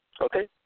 Okay